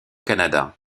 canada